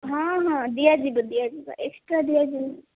ହଁ ହଁ ଦିଆ ଯିବ ଦିଆ ଯିବ ଏକ୍ସଟ୍ରା ଦିଆଯିବ